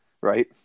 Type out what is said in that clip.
right